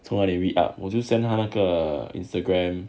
从哪里 read up 我就 send 他那个 instagram